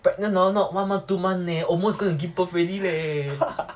pregnant hor not one month two month leh almost gonna give birth already leh